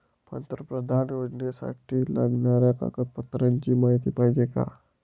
पंतप्रधान योजनेसाठी लागणाऱ्या कागदपत्रांची माहिती पाहिजे आहे